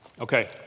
Okay